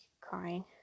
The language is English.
crying